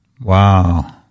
Wow